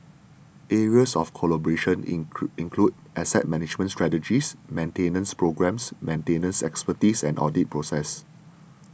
areas of collaboration include asset management strategies maintenance programmes maintenance expertise and audit processes